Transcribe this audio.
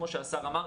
כמו שהשר אמר,